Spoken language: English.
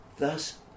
thus